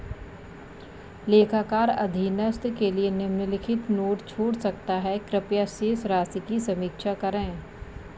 लेखाकार अधीनस्थ के लिए निम्नलिखित नोट छोड़ सकता है कृपया शेष राशि की समीक्षा करें